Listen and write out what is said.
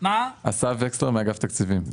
אסף וקסלר מאגף תקציבים.